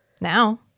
Now